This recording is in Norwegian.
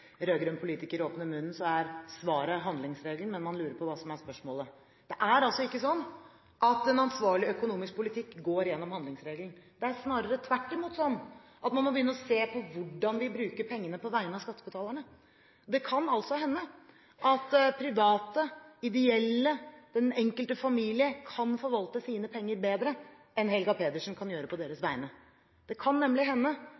politiker åpner munnen, er svaret handlingsregelen, mens man lurer på hva som er spørsmålet. Det er altså ikke sånn at en ansvarlig økonomisk politikk går gjennom handlingsregelen. Det er snarere tvert imot sånn at man må begynne å se på hvordan vi bruker pengene på vegne av skattebetalerne. Det kan hende at private, ideelle, den enkelte familie, kan forvalte sine penger bedre enn Helga Pedersen kan på deres vegne. Det kan nemlig hende